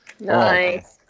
Nice